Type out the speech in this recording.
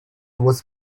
was